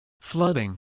flooding